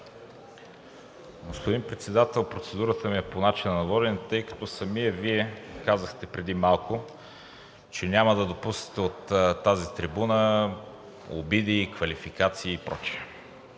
Господин Председател, процедурата ми е по начина на водене, тъй като самият Вие казахте преди малко, че няма да допуснете от тази трибуна обиди, квалификации и прочие.